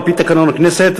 על-פי תקנון הכנסת,